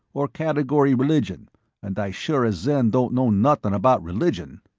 or category religion and i sure as zen don't know nothing about religion.